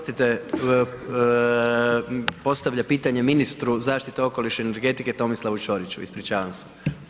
Oprostite, postavlja pitanje ministru zaštite okoliše i energetike Tomislavu Ćoriću, ispričavam se.